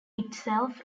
itself